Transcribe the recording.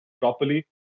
properly